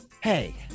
hey